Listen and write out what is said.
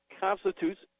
constitutes